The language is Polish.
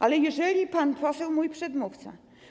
Ale jeżeli pan poseł, mój przedmówca.